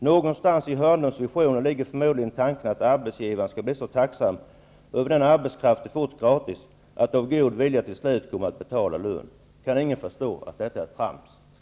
Någonstans i Hörnlunds visioner ligger förmodligen tanken att arbetsgivarna skulle bli så tacksamma över den arbetskraft de fått gratis, att de av god vilja till slut kommer att betala lön. Kan ingen förstå att detta är trams!